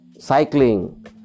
cycling